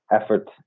effort